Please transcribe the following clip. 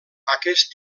aquest